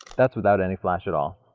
that's without any flash at all,